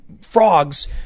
frogs